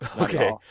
Okay